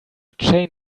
chain